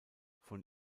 von